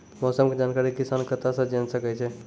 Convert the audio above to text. मौसम के जानकारी किसान कता सं जेन सके छै?